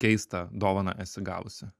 keistą dovaną esi gavusi